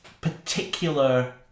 particular